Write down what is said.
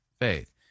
faith